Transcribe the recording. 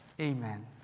Amen